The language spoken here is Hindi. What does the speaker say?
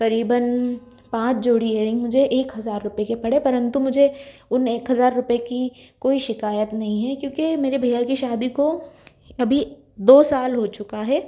करीबन पाँच जोड़ी एयरिंग मुझे एक हज़ार रुपये के पड़े परंतु मुझे उन एक हज़ार रुपये की कोई शिकायत नहीं है क्योंकि मेरे भैया की शादी को अभी दो साल हो चुका है